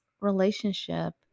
relationship